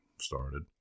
started